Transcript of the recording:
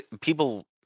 people